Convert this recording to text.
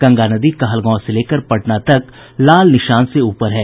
गंगा नदी कहलगांव से लेकर पटना तक लाल निशान से ऊपर है